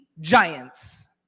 giants